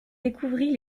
découvrit